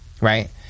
Right